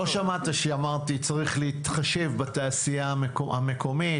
אבל לא שמעת כשאמרתי שצריך להתחשב בתעשייה המקומית.